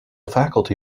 faculty